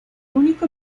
único